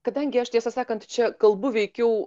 kadangi aš tiesą sakant čia kalbu veikiau